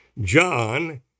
John